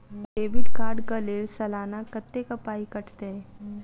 Debit card कऽ लेल सलाना कत्तेक पाई कटतै?